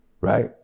Right